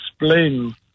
explain